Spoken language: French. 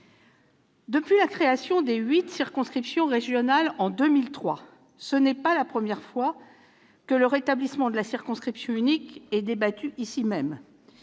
Depuis la création des huit circonscriptions régionales en 2003, ce n'est pas la première fois que le rétablissement de la circonscription unique est débattu ici même.